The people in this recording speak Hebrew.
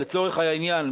לצורך העניין,